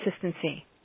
consistency